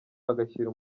agashyira